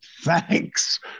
thanks